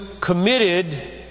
committed